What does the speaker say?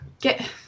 get